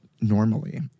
normally